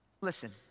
Listen